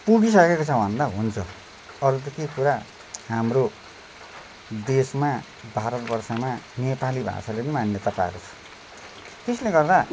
पुगिसकेको छ भन्दा हुन्छ अरू त के कुरा हाम्रो देशमा भारत वर्षमा नेपाली भाषाले पनि मान्यता पाएको छ त्यसले गर्दा